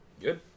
Good